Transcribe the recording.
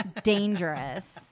dangerous